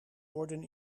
worden